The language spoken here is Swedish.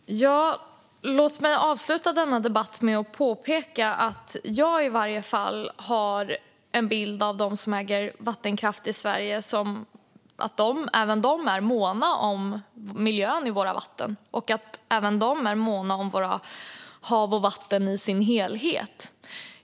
Fru talman! Låt mig avsluta denna debatt med att påpeka att jag har en bild av att även de som äger vattenkraft i Sverige är måna om miljön i våra hav och vatten.